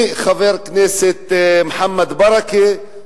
חבר הכנסת מוחמד ברכה,